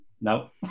No